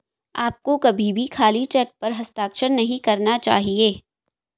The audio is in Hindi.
आपको कभी भी खाली चेक पर हस्ताक्षर नहीं करना चाहिए